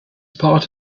part